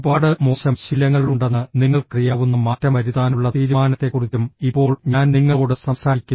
ഒരുപാട് മോശം ശീലങ്ങൾ ഉണ്ടെന്ന് നിങ്ങൾക്കറിയാവുന്ന മാറ്റം വരുത്താനുള്ള തീരുമാനത്തെക്കുറിച്ചും ഇപ്പോൾ ഞാൻ നിങ്ങളോട് സംസാരിക്കുന്നു